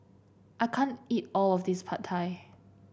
I can't eat all of this Pad Thai